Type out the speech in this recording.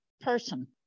person